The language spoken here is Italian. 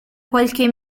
qualche